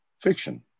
fiction